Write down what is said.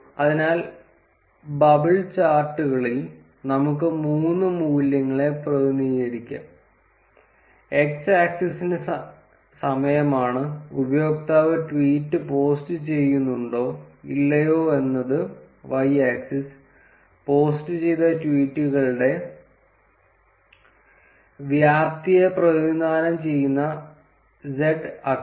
അതിനാൽ ബബിൾ ചാർട്ടുകളിൽ നമുക്ക് മൂന്ന് മൂല്യങ്ങളെ പ്രതിനിധീകരിക്കാം എക്സ് ആക്സിസ് സമയമാണ് ഉപയോക്താവ് ട്വീറ്റ് പോസ്റ്റുചെയ്യുന്നുണ്ടോ ഇല്ലയോ എന്നത് y axis പോസ്റ്റുചെയ്ത ട്വീറ്റുകളുടെ വ്യാപ്തിയെ പ്രതിനിധാനം ചെയ്യുന്ന z അക്ഷം